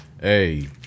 hey